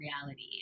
reality